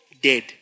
dead